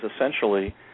essentially